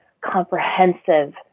comprehensive